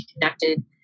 connected